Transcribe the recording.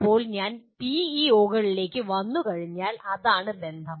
ഇപ്പോൾ ഞങ്ങൾ പിഇഒകളിലേക്ക് വന്നുകഴിഞ്ഞാൽ ഇതാണ് ബന്ധം